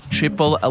Triple